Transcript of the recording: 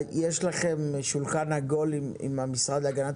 יש לכם שולחן עגול עם המשרד להגנת